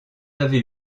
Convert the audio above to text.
avez